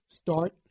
Start